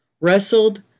wrestled